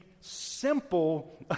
simple